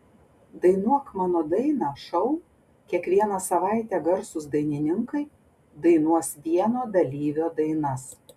dainuok mano dainą šou kiekvieną savaitę garsūs dainininkai dainuos vieno dalyvio dainas